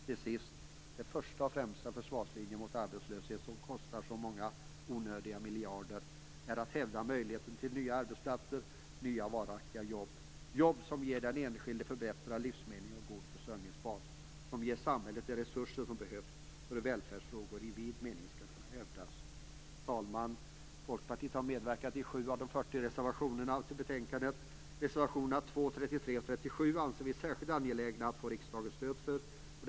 Till sist: Den första och främsta försvarslinjen mot arbetslöshet, som kostar så många onödiga miljarder, är att hävda möjligheten till nya arbetsplatser och nya varaktiga jobb - jobb som ger den enskilde förbättrad livskvalitet och god försörjningsbas. Det ger samhället de resurser som behövs för att välfärdsfrågor i vid mening skall kunna hävdas. Herr talman! Folkpartiet har medverkat i 7 av de 2, 33 och 37 anser vi att det är särskilt angeläget att få riksdagens stöd för.